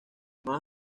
más